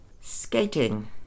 Skating